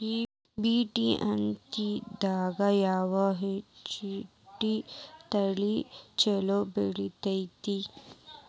BT ಹತ್ತಿದಾಗ ಯಾವ hybrid ತಳಿ ಛಲೋ ಬೆಳಿತೈತಿ?